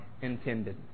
intended